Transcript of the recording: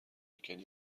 بکنی